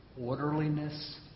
orderliness